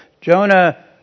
Jonah